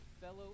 fellow